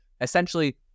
essentially